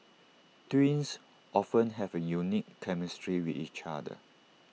twins often have A unique chemistry with each other